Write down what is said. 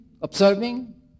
observing